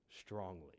strongly